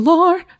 Lord